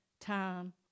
time